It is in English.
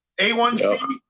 A1C